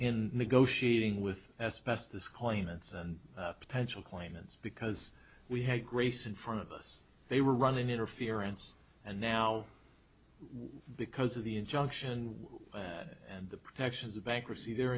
in negotiating with s b s this claimants and potential claimants because we had grace in front of us they were running interference and now because of the injunction and the protections of bankruptcy they're